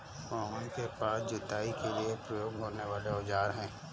मोहन के पास जुताई के लिए प्रयोग होने वाले औज़ार है